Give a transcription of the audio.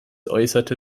äußerte